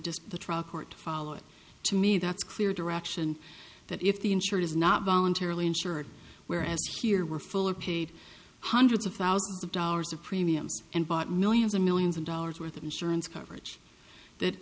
just the truck court follow it to me that's clear direction that if the insured is not voluntarily insured where as here we're full of paid hundreds of thousands of dollars of premiums and bought millions and millions of dollars worth of insurance coverage that